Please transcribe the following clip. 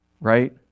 right